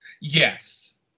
Yes